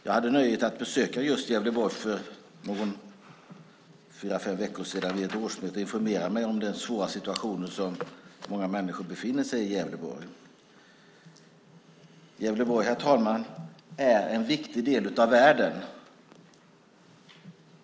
Jag hade nöjet att besöka just Gävleborg för fyra fem veckor sedan vid ett årsmöte och informera mig om den svåra situation som många människor i Gävleborg befinner sig i. Gävleborg, herr talman, är en viktig del av världen.